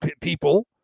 people